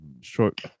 short